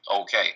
okay